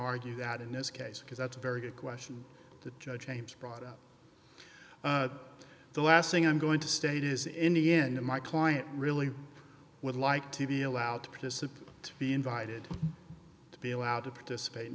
argue that in this case because that's a very good question that judge james brought up the last thing i'm going to state is in the end of my client really would like to be allowed to participate to be invited to be allowed to participate in